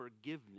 Forgiveness